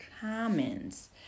comments